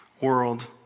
world